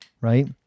right